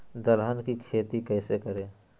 दलहन की खेती कैसे करें?